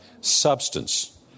substance